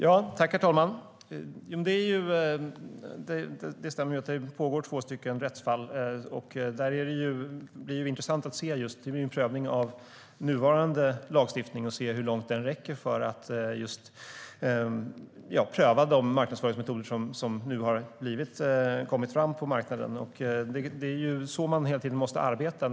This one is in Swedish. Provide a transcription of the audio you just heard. Herr talman! Det stämmer att det pågår två rättsfall. Det blir en intressant prövning av nuvarande lagstiftning. Vi får därmed se hur långt den räcker mot de marknadsföringsmetoder som kommit fram på marknaden. Det är så man hela tiden måste arbeta.